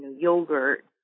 yogurt